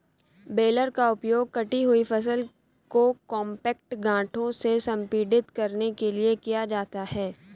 baler का उपयोग कटी हुई फसल को कॉम्पैक्ट गांठों में संपीड़ित करने के लिए किया जाता है